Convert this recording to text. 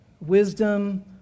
wisdom